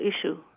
issue